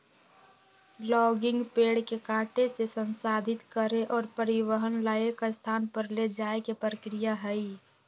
logging पेड़ के काटे से, संसाधित करे और परिवहन ला एक स्थान पर ले जाये के प्रक्रिया हई